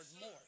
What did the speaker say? more